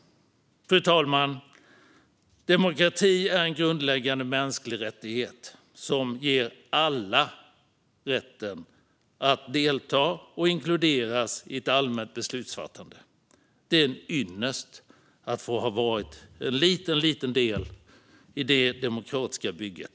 Fru talman! Demokrati är en grundläggande mänsklig rättighet som ger alla rätten att delta och inkluderas i ett allmänt beslutsfattande. Det är en ynnest att ha fått vara en liten, liten del i det demokratiska bygget.